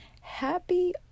happy